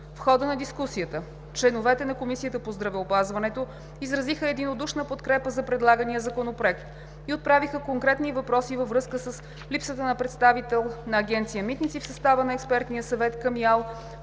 В хода на дискусията членовете на Комисията по здравеопазването изразиха единодушна подкрепа за предлагания Законопроект и отправиха конкретни въпроси във връзка с липсата на представител на Агенция „Митници“ в състава на Експертния съвет към